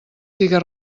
siga